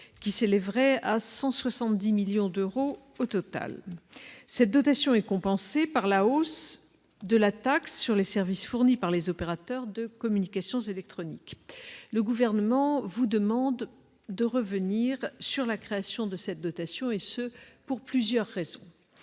qui s'élèverait, au total, à 170 millions d'euros. Cette dotation serait compensée par la hausse de la taxe sur les services fournis par les opérateurs de communications électroniques. Le Gouvernement vous demande de revenir sur la création de ce fonds, et ce pour plusieurs raisons.